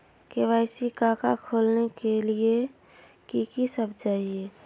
KYC का का खोलने के लिए कि सब चाहिए?